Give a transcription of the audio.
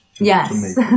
Yes